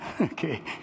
okay